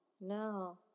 No